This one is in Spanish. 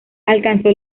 alcanzó